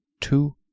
two